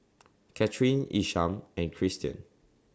Katharine Isham and Kristian